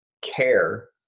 care